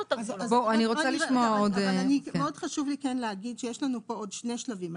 מאוד חשוב לי כן להגיד שיש לנו פה עוד שני שלבים.